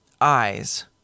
eyes